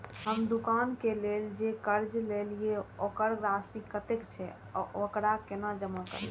हम दुकान के लेल जे कर्जा लेलिए वकर राशि कतेक छे वकरा केना जमा करिए?